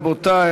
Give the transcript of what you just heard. רבותי,